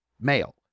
male